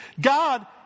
God